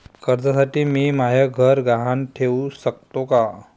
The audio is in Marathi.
कर्जसाठी मी म्हाय घर गहान ठेवू सकतो का